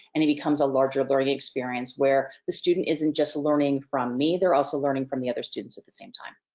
and it becomes a larger learning experience where the student isn't just learning from me, they're also learning from the other students at the same time.